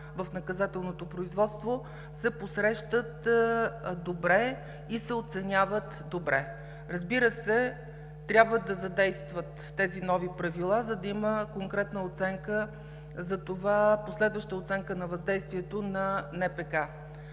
в наказателното производство, се посрещат добре и се оценяват добре. Разбира се, трябва да задействат тези нови правила, за да има конкретна оценка за това, последваща оценка на въздействието на НПК.